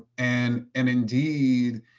and and indeed,